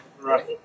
Right